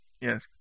yes